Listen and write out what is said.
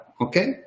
Okay